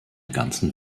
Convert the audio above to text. ganzen